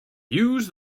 use